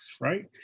right